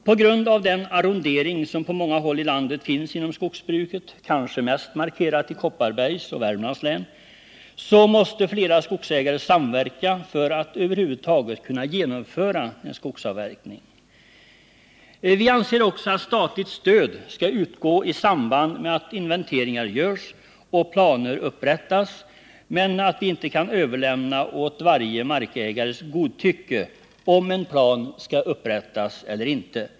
På grund av den arrondering som på många håll i landet finns inom skogsbruket, kanske mest markerat i Kopparbergs och Värmlands län, måste flera skogsägare samverka för att över huvud taget kunna genomföra en skogsavverkning. Vi anser också att statligt stöd skall utgå i samband med att investeringar görs och planer upprättas, men att vi inte kan överlämna åt varje markägares godtycke när det gäller att bedöma om en plan skall upprättas eller inte.